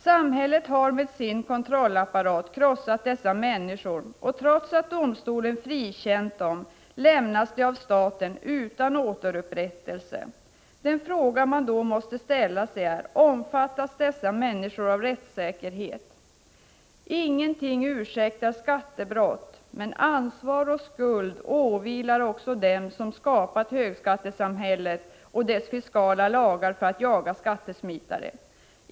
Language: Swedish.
Samhället har med sin kontrollapparat krossat dessa människor, och trots att domstolen frikänt dem lämnas de av staten utan återupprättelse. Den fråga man då måste ställa sig blir: Omfattas dessa människor av rättssäkerhet? Ingenting ursäktar skattebrott. Men ansvar och skuld åvilar också dem som skapat högskattesamhället och dess fiskala lagar för att jaga skattesmitare.